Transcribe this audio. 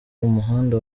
umuhanda